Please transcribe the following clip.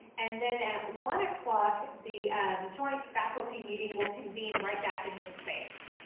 and then at one o'clock the joint faculty meeting will convene right back in this space.